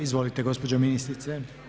Izvolite gospođo ministrice.